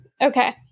Okay